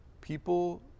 People